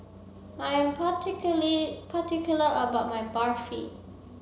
I am particular about my Barfi